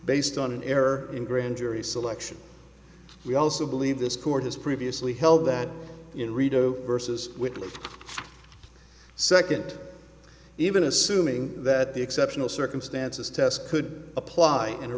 based on an error in grand jury selection we also believe this court has previously held that in redo versus with second even assuming that the exceptional circumstances test could apply in a